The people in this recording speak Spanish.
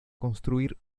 construir